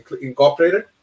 incorporated